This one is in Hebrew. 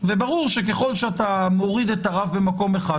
וברור שככל שאתה מוריד את הרף במקום אחד,